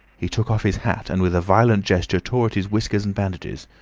he took off his hat, and with a violent gesture tore at his whiskers and bandages.